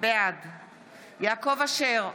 בעד יעקב אשר,